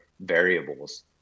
variables